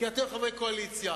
כי אתם חברי קואליציה,